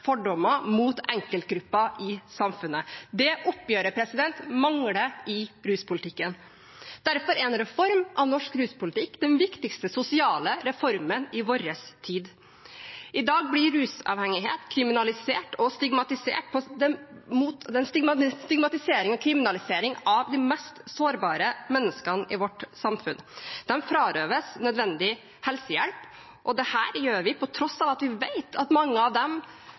fordommer mot enkeltgrupper i samfunnet. Det oppgjøret mangler i ruspolitikken. Derfor er en reform av norsk ruspolitikk den viktigste sosiale reformen i vår tid. I dag blir rusavhengighet kriminalisert og stigmatisert; det er stigmatisering og kriminalisering av de mest sårbare menneskene i vårt samfunn. De frarøves nødvendig helsehjelp, og dette gjør vi til tross for at vi vet at mange av dem